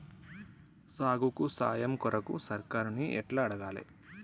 సాగుకు సాయం కొరకు సర్కారుని ఎట్ల అడగాలే?